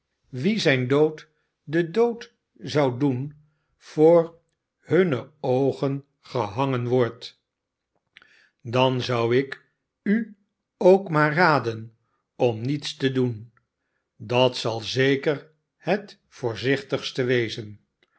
wie zijn dood den dood zou doen voor hunne oogen gehangen wordt dan zou ik u ook maar raden om niets te doen dat zal zeker het voorzichtigste wezen